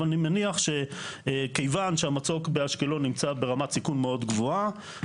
אבל אני מניח שכיוון שהמצוק באשקלון נמצא ברמת סיכון מאוד גבוהה,